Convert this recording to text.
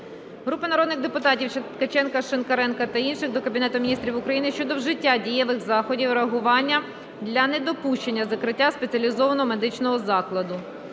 Групи народних депутатів (Ткаченка, Шинкаренка та інших) до Кабінету Міністрів України щодо вжиття дієвих заходів реагування для недопущення закриття спеціалізованого медичного закладу.